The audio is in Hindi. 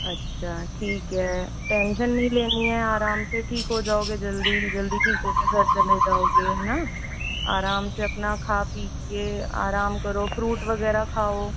अच्छा ठीक है टेंशन नहीं लेनी है आराम से ठीक हो जाओगे जल्दी जल्दी ठीक हो के घर चले जाओगे है न आराम से अपना खा पी के आराम करो फ्रूट वगैरह खाओ